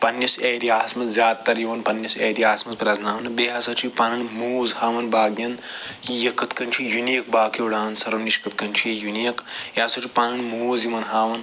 پنٛنِس ایرِیاہس منٛز زیادٕ تر یِوان پنٛنِس ایرِیاہس منٛز پرٛٮ۪زناونہٕ بیٚیہِ ہَسا چھِ یہِ پانہٕ موٗز ہاوُن باقین یہِ کِتھ کٔنۍ چھُ یُنیٖک باقیو ڈانٛسرو نِش کِتھ کٔنۍ چھُ یہِ یُنیٖک یہِ ہسا چھُ پنٕنۍ موٗز یِمن ہاوان